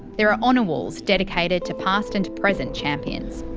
there are honour walls dedicated to past and present champions.